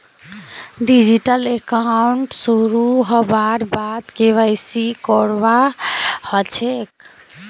digital account शुरू हबार बाद के.वाई.सी करवा ह छेक